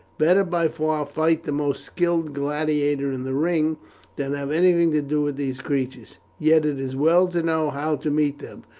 better by far fight the most skilled gladiator in the ring than have anything to do with these creatures. yet it is well to know how to meet them,